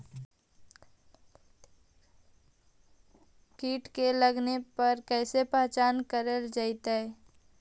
कीट के लगने पर कैसे पहचान कर जयतय?